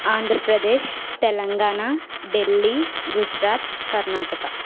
Andhra Pradesh Telangana Delhi Gujarat Karnataka